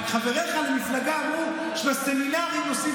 רק שחבריך למפלגה אמרו שלסמינרים עושים